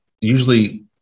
Usually